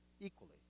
equally